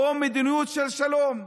או מדיניות של שלום?